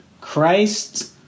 Christ